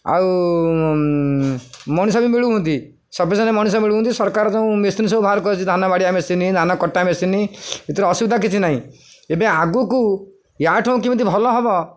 ଆଉ ମଣିଷ ବି ମିଳୁଛନ୍ତି ସବୁ ସେ ମଣିଷ ମିଳୁଛନ୍ତି ସରକାର ଯେଉଁ ମେସିନ ସବୁ ବାହାର କରି ଅଛି ଧାନ ବାଡ଼ିଆ ମେସିନ ଧାନ କଟା ମେସିନ୍ ଏଥିରେ ଅସୁବିଧା କିଛି ନାହିଁ ଏବେ ଆଗକୁ ୟାଠୁ କେମିତି ଭଲ ହେବ